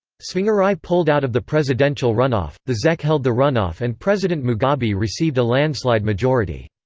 tsvangirai pulled out of the presidential run-off, the zec held the run-off and president mugabe received a landslide majority.